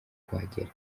kuhagera